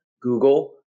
Google